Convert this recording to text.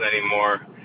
anymore